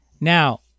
Now